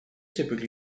typically